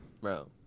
Bro